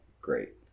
Great